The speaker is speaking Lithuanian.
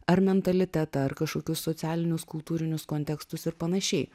ar mentalitetą ar kažkokius socialinius kultūrinius kontekstus ir panašiai